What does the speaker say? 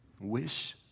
Wish